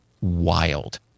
wild